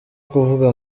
kuvuga